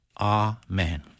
Amen